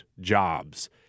jobs